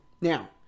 Now